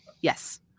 Yes